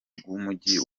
bw’umujyi